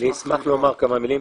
אני אשמח לומר כמה מילים.